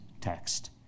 text